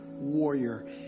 warrior